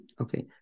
okay